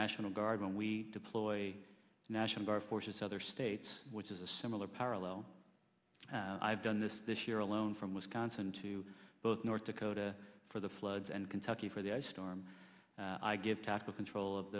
national guard when we deployed national guard forces to other states which is a similar parallel i've done this this year alone from wisconsin to both north dakota for the floods and kentucky for the ice storm i give talks of control of